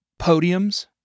podiums